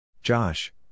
Josh